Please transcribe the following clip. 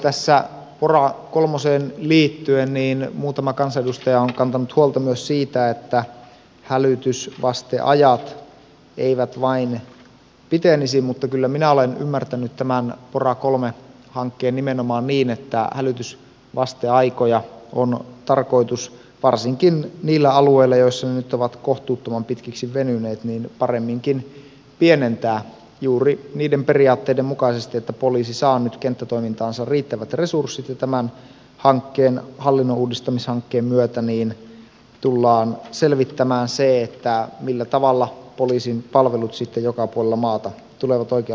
tässä pora iiieen liittyen muutama kansanedustaja on kantanut huolta myös siitä että hälytysvasteajat eivät vain pitenisi mutta kyllä minä olen ymmärtänyt tämän pora iii hankkeen nimenomaan niin että hälytysvasteaikoja on tarkoitus varsinkin niillä alueilla joilla ne nyt ovat kohtuuttoman pitkiksi venyneet paremminkin pienentää juuri niiden periaatteiden mukaisesti että poliisi saa nyt kenttätoimintaansa riittävät resurssit ja tämän hankkeen hallinnonuudistamishankkeen myötä tullaan selvittämään se millä tavalla poliisin palvelut sitten joka puolella maata tulevat oikealla tavalla turvatuiksi